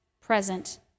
present